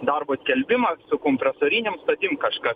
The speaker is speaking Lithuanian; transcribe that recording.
darbo skelbimą kompresorinėm stotim kažkas